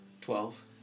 Twelve